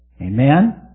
Amen